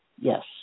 Yes